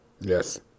Yes